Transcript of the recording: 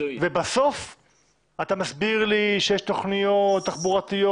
בסוף אתה מסביר לי שיש תוכניות תחבורתיות.